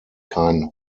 kein